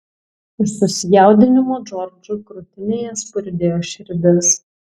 iš susijaudinimo džordžui krūtinėje spurdėjo širdis